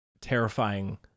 terrifying